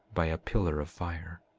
by a pillar of fire.